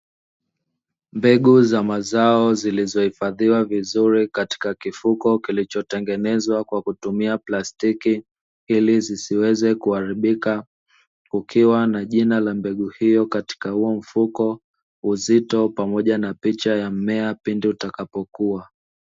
Mbegu za mazao zilizo ifadhiwa vizuri katika kifuko kilicho tengenezwa kwa kutumia plastiki ili zisiweze kuharibika, kukiwa na jina la mbegu hiyo katika huo mfuko, uzito pamoja na picha ya mmea pindi utakapokua.